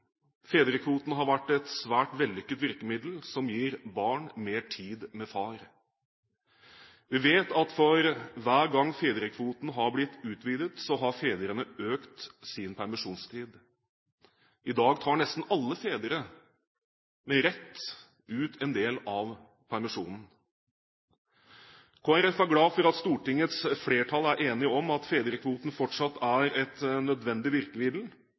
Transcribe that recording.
Fedrekvoten har vært et svært vellykket virkemiddel, som gir barn mer tid med far. Vi vet at for hver gang fedrekvoten har blitt utvidet, har fedrene økt sin permisjonstid. I dag tar nesten alle fedre med rett ut en del av permisjonen. Kristelig Folkeparti er glad for at Stortingets flertall er enige om at fedrekvoten fortsatt er et nødvendig virkemiddel